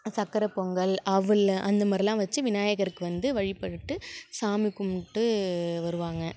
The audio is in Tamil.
சக்கரைப் பொங்கல் அவல் அந்தமாதிரில்லாம் வச்சு விநாயகருக்கு வந்து வழிபட்டு சாமி கும்பிட்டு வருவாங்க